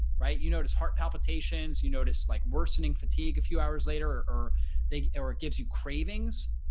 right, you notice heart palpitations, you notice like worsening fatigue a few hours later or they are gives you cravings,